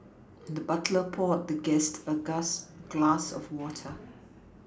the butler poured the guest a gas glass of water